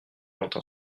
entend